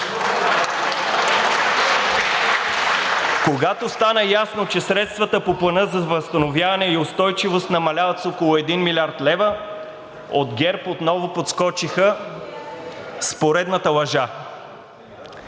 Когато стана ясно, че средствата по Плана за възстановяване и устойчивост намаляват с около 1 млрд. лв., от ГЕРБ отново подскочиха с поредната лъжа.